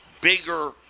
bigger